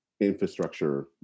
infrastructure